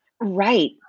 Right